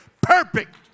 perfect